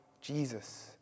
Jesus